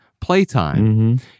playtime